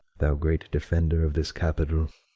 thou great defender of this capitol,